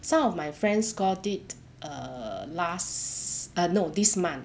some of my friends got it err last err no this month